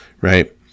right